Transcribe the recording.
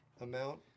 amount